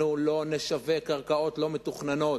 אנחנו לא נשווק קרקעות לא מתוכננות.